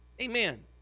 amen